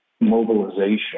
mobilization